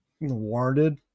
warranted